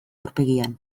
aurpegian